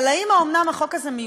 אבל לפעמים,